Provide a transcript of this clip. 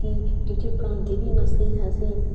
teacher पढ़ांदे बी इन्ना स्हेई हा असेंगी